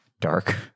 dark